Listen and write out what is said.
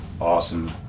awesome